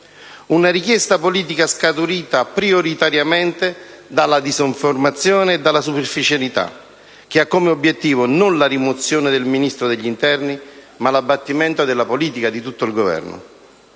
Una richiesta politica scaturita prioritariamente dalla disinformazione e dalla superficialità, che ha come obiettivo non la rimozione del Ministro dell'interno, ma l'abbattimento della politica di tutto il Governo.